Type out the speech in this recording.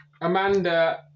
Amanda